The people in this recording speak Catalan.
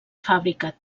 fàbrica